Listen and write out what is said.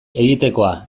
egitekoa